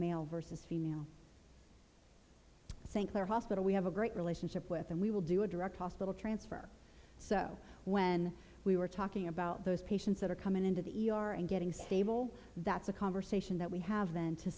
male versus female st clair hospital we have a great relationship with and we will do a direct hospital transfer so when we were talking about those patients that are coming into the e r and getting stable that's a conversation that we have then to